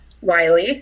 Wiley